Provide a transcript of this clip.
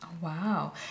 Wow